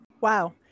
Wow